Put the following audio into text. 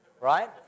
right